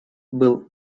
был